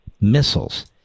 missiles